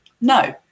no